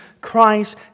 Christ